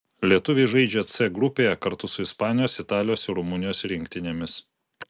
lietuviai žaidžia c grupėje kartu su ispanijos italijos ir rumunijos rinktinėmis